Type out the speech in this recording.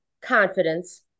confidence